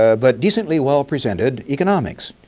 ah but decently well-presented economics.